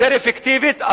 יותר אפקטיבית,